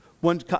One